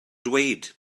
dweud